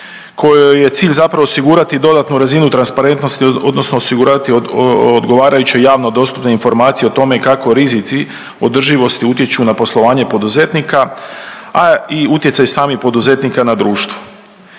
kojoj je cilj zapravo osigurati dodatnu razinu transparentnosti odnosno osigurati odgovarajuće javno dostupne informacije o tome kako rizici održivosti utječu na poslovanje poduzetnika, a i utjecaj samih poduzetnika na društvo.